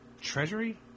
treasury